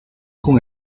con